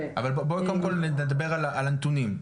אבל קודם כל נדבר על הנתונים.